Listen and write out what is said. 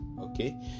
okay